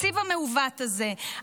התקציב המעוות הזה,